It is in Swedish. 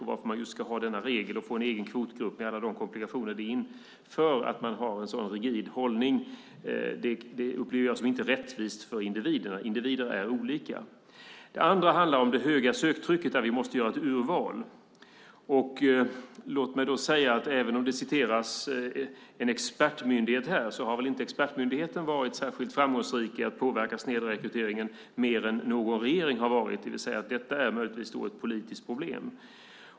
Varför ska man just ha denna regel och få en egen kvotgrupp med alla de komplikationer som det innebär att man har en sådan rigid hållning? Jag upplever inte det som rättvist för individerna. Individer är olika. Den andra handlar om det stora söktrycket och då vi måste göra ett urval. Låt mig då säga att även om man refererar till en expertmyndighet här har expertmyndigheten inte varit mer framgångsrik att påverka snedrekryteringen än någon regering har varit, det vill säga att detta möjligtvis är ett politiskt problem.